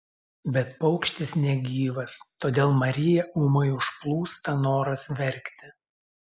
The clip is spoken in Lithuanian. bet paukštis negyvas todėl mariją ūmai užplūsta noras verkti